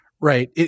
right